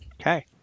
Okay